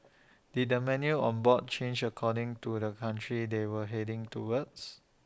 did the menu on board change according to the country they were heading towards